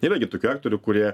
yra gi tokių aktorių kurie